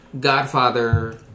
Godfather